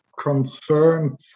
concerned